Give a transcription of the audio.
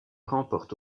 remporte